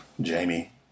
Jamie